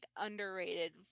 underrated